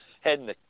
heading